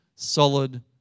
solid